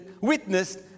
witnessed